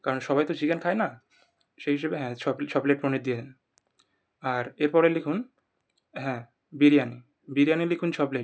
কারণ সবাই তো চিকেন খায় না সেই হিসেবে হ্যাঁ ছ প্লে ছ প্লেট পনির দিয়ে দেবেন আর এরপরে লিখুন হ্যাঁ বিরিয়ানি বিরিয়ানি লিখুন ছ প্লেট